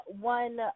One